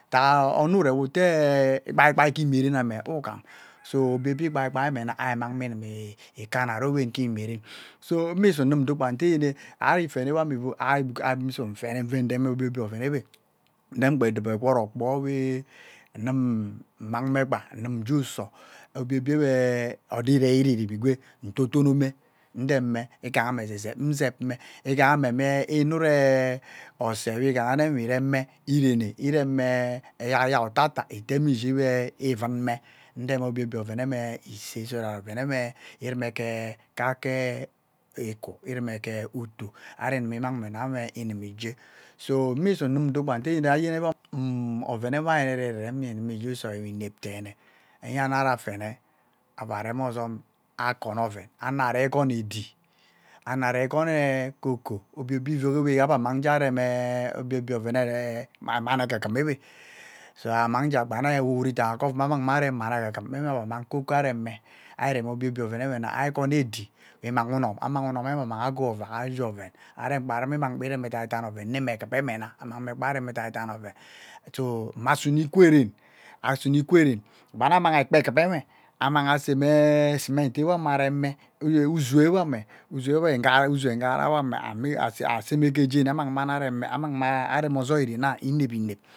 Ntak onore wu-te ikpai ikpai gi-meren ame ughan so obie obie ikpai ikpai meanha ari mangha inimi kamna arowen ke imieren so mi-su inimeto kpa-ne ari fene wame ivu nnwe me-kpa isom fene nvea rem obie obie oven-ewea nvem gba egwut okpoo ewee ndem-me kpaa nmeme gea-uso obie-obie wea odõõ erugwurube igwea, ndodo mea udeme igame ezezep, nzep-me, eghame enut-ea õse we-egwi rem-me erena eremee eyak, eyak, otatak iteme ishi we-irunme. Ndem obie obie ovem-neme Nrem obie-obie oveneme ise so that oveneme irume kake ikwu erume-ke utuu. Ari-nume imang-me nnanghe nnumeje. So mmisu nnimedo kpaa-ne ayene oven-we ari-re gererem enimi je-uso inep teene, enya-ano ari afene, avaa arem õzom akono oven, ano-re ẽkono ẽdi ano ari konea koko obie-obie awaeh iviok-be amange eah oviee bie even mani egugum eweah so amang-e avem mami egugum-ke ovum abe-na mang koko aremme, ari-remi obie obie ovem mea-na ari koni ẽdi we-imani unom, amahi unomehwe amongha gea ovak amangha ashi oven amangha inkpa-ruma arem edaidan oven nne-me eagupame eweh-nah. Amang mme kpa arem edaidam oven, so mma sumeah ekwe-ren, asunea ekwea-ren, agba-na amang kpa ekpa eagup weah amangha see mme ekpae eagup see-me cement eweah-me areme uzoo-wee, uzoowame uzoo nnghara weah eeh mix aeh same gejeni maang mani areme arem-me ozoi ran aah innep innep.